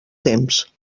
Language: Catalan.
temps